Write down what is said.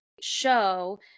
show